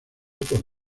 por